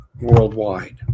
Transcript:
worldwide